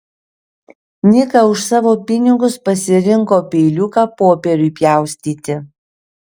nika už savo pinigus pasirinko peiliuką popieriui pjaustyti